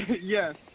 Yes